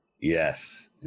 Yes